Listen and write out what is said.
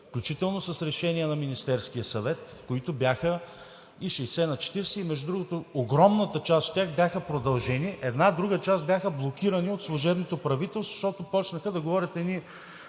включително с решение на Министерския съвет, които бяха и 60/40. Между другото огромната част от тях бяха продължени, а една друга част бяха блокирани от служебното правителство, защото започнаха да говорят едни